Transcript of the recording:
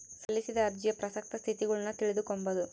ಸಲ್ಲಿಸಿದ ಅರ್ಜಿಯ ಪ್ರಸಕ್ತ ಸ್ಥಿತಗತಿಗುಳ್ನ ತಿಳಿದುಕೊಂಬದು